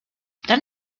dann